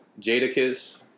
Jadakiss